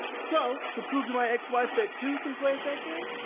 so to prove to my ex-wife that two can play that game,